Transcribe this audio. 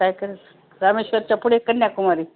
काय करा रामेश्वरच्यापुढे कन्याकुमारी